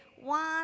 one